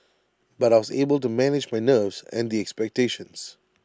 but I was able to manage my nerves and the expectations